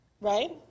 right